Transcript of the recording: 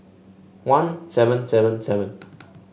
one seven seven seven